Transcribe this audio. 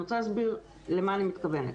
אני רוצה להסביר למה אני מתכוונת.